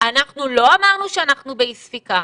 אנחנו לא אמרנו שאנחנו באי ספיקה.